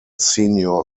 senior